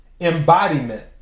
Embodiment